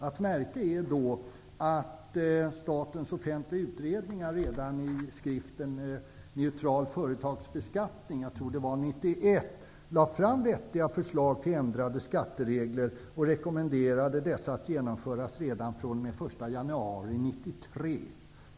Att märka är då att Statens offentliga utredningar redan i skriften Neutral företagsbeskattning -- jag tror det var 1991 -- lade fram vettiga förslag till ändrade skatteregler och rekommenderade att de skulle genomföras redan fr.o.m. den 1 januari 1993.